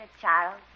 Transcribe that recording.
Charles